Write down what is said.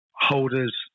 holders